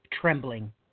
trembling